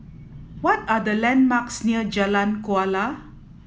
what are the landmarks near Jalan Kuala